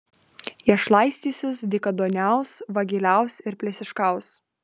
jie šlaistysis dykaduoniaus vagiliaus ir plėšikaus